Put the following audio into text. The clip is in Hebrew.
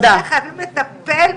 וזה חייבים לטפל,